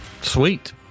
sweet